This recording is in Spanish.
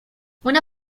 una